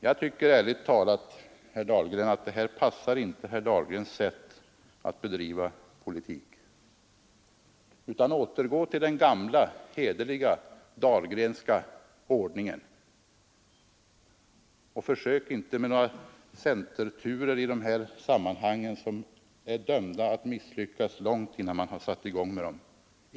Jag tycker ärligt talat att detta inte passar herr Dahlgrens vanliga sätt att bedriva politik. Återgå till den gamla hederliga Dahlgrenska ordningen och försök inte med några centerturer som är dömda att misslyckas långt innan man har satt i gång med dem!